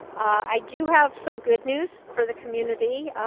i do have some good news for the community.